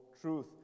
truth